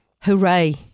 Hooray